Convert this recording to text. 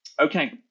okay